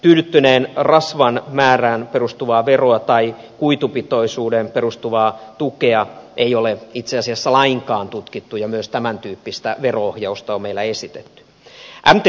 tyydyttyneen rasvan määrään perustuvaa veroa tai kuitupitoisuuteen perustuvaa tukea ei ole itse asiassa lainkaan tutkittu ja myös tämäntyyppistä vero ohjausta on meillä esitetty